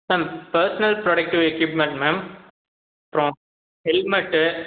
ma'am personal product equipment ma'am அப்புறம் helmet